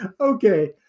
Okay